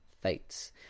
Fates